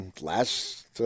last